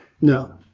No